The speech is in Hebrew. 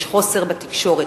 יש חוסר בתקשורת,